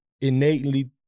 innately